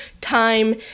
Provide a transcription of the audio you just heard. time